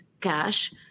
cash